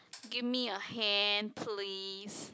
give me a hand please